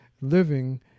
living